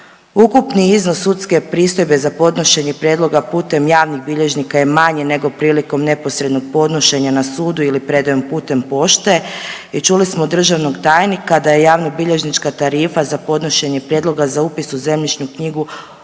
Ukupni iznos sudske pristojbe za podnošenje prijedloga putem javnih bilježnika je manji nego prilikom neposrednog podnošenja na sudu ili predajom putem pošte i čuli smo od državnog tajnika da je javnobilježnička tarifa za podnošenje prijedloga za upis u zemljišnu knjigu osam